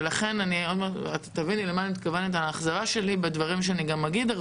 עוד מעט את תביני למה אני מתכוונת באכזבה שלי בדברים שאני גם אגיד,